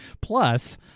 plus